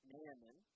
Naaman